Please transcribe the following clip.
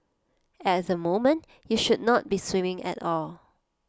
at the moment you should not be swimming at all